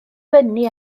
fyny